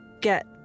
get